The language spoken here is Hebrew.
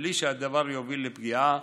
בלי שהדבר יוביל לפגיעה